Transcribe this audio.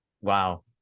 Wow